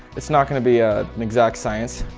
it's not going to be ah an exact science,